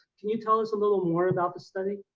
can you tell us a little more about the study?